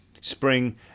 Spring